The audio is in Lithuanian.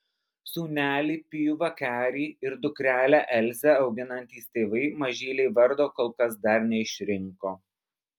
sūnelį pijų vakarį ir dukrelę elzę auginantys tėvai mažylei vardo kol kas dar neišrinko